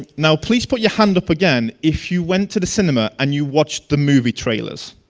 now please put your hand up again if you went to the cinema and you watched the movie trailers